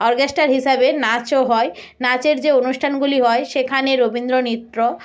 orchestra হিসাবে নাচও হয় নাচের যে অনুষ্ঠানগুলি হয় সেখানে রবীন্দ্র নৃত্য